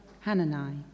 Hanani